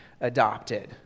adopted